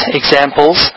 examples